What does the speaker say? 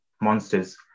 monsters